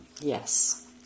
Yes